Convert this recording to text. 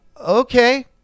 okay